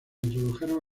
introdujeron